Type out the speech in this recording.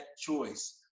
choice